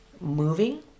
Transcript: moving